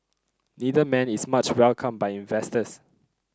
neither man is much welcomed by investors